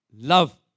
love